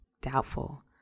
doubtful